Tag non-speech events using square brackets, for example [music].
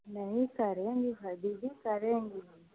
नहीं करेंगे [unintelligible] करेंगे